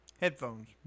Headphones